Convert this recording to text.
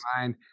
mind